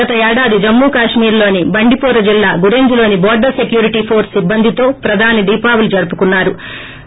గత ఏడాది జమ్మూ కశ్మీర్లోని బండిపోర జిల్లా గురెజ్లోని బోర్గర్ సెక్యూరిటీ ఫోర్పు సిబ్బందితో ప్రదాని దీపావళి జరుపుకున్నారు